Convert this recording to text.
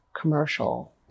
commercial